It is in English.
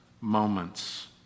moments